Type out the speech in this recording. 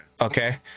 Okay